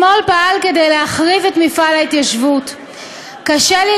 אומר את מה שיש לי להגיד,